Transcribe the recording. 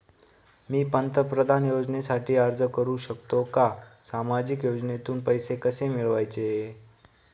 मी पंतप्रधान योजनेसाठी अर्ज करु शकतो का? सामाजिक योजनेतून पैसे कसे मिळवायचे